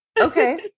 Okay